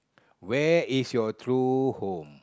where is your true home